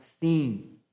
seen